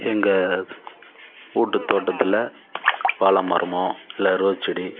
எங்கள் ஸ் வீட்டு தோட்டத்தில் வாழ மரமோ இல்லை ரோஸ் செடி